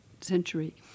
century